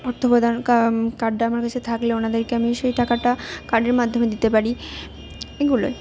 অর্থপ্রদান কার্ডটা আমার কাছে থাকলে ওনাদেরকে আমি সেই টাকাটা কার্ডের মাধ্যমে দিতে পারি এগুলোই